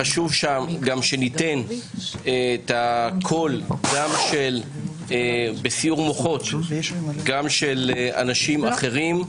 חשוב שניתן את הקול בסיעור מוחות גם של אנשים אחרים,